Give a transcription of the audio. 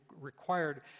required